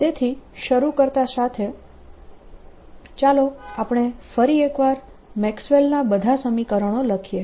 તેથી શરૂ કરતા સાથે ચાલો આપણે ફરી એકવાર મેક્સવેલનાં બધાં સમીકરણો લખીએ